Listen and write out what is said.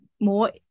more